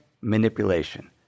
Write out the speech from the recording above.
manipulation